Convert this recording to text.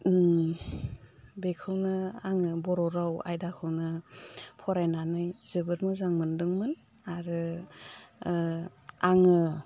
बेखौनो आङो बर' राव आयदाखौनो फरायनानै जोबोद मोजां मोन्दोंमोन आरो आङो